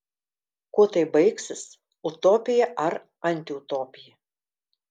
kuo tai baigsis utopija ar antiutopija